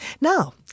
Now